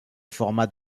format